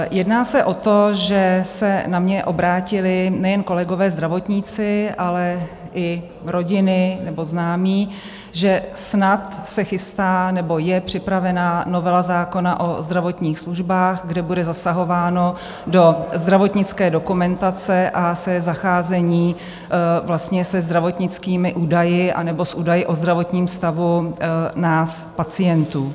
Jedná se o to, že se na mě obrátili nejen kolegové zdravotníci, ale i rodiny nebo známí, že snad se chystá nebo je připravena novela zákona o zdravotních službách, kde bude zasahováno do zdravotnické dokumentace, a to je zacházení vlastně se zdravotnickými údaji nebo s údaji o zdravotním stavu nás pacientů.